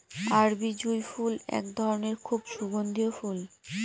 আরবি জুঁই ফুল এক ধরনের খুব সুগন্ধিও ফুল